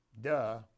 Duh